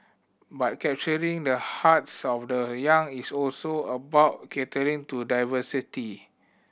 but capturing the hearts of the young is also about catering to diversity